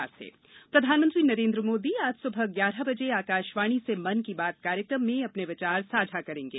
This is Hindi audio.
मन की बात प्रधानमंत्री नरेन्द्र मोदी आज सुबह ग्यारह बजे आकाशवाणी से मन की बात कार्यक्रम में अपने विचार साझा करेंगे